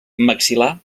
maxil·lar